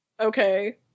Okay